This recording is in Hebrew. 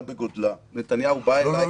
להשלים.